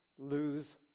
lose